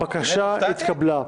הבקשה התקבלה.